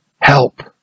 Help